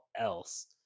else